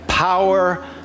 Power